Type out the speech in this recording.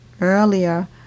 earlier